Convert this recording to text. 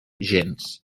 gens